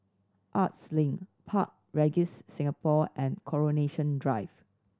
Arts Link Park Regis Singapore and Coronation Drive